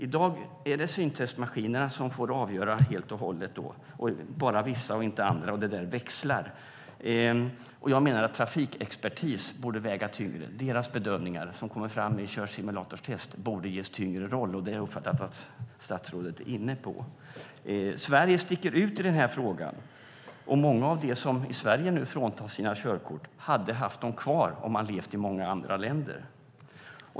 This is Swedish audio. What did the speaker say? I dag är det syntestmaskinerna som får avgöra helt och hållet, vissa klarar, andra inte, och det växlar. Jag menar att trafikexpertis bedömning borde väga tyngre. Deras bedömning som kommer fram i körsimulatortest borde ges större betydelse, och det uppfattar jag att statsrådet är inne på. Sverige sticker ut i denna fråga, och många av dem som i Sverige nu fråntas sina körkort hade haft dem kvar om de levt i andra länder.